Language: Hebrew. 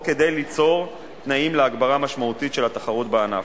או כדי ליצור תנאים להגברה משמעותית של התחרות בענף.